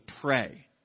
pray